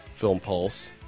filmpulse